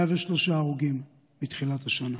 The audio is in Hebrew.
103 הרוגים מתחילת השנה.